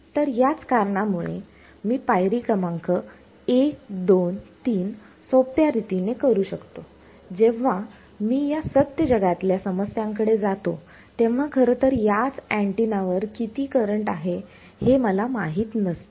तर याच कारणामुळे मी पायरी क्रमांक 1 2 3 सोप्या रीतीने करू शकतो जेव्हा मी या सत्य जगातल्या समस्यांकडे जातो तेव्हा खरंतर याच अँटिना वर किती करंट आहे हे मला माहीत नसतं